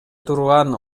турган